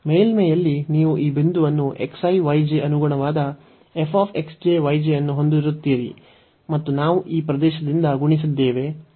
ಮೇಲ್ಮೈಯಲ್ಲಿ ನೀವು ಈ ಬಿಂದುವನ್ನು x j y j ಅನುಗುಣವಾದ f x j y j ಅನ್ನು ಹೊಂದಿರುತ್ತೀರಿ ಮತ್ತು ನಾವು ಈ ಪ್ರದೇಶದಿಂದ ಗುಣಿಸಿದ್ದೇವೆ ಈ